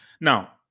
Now